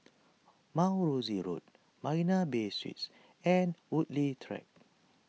Mount Rosie Road Marina Bay Suites and Woodleigh Track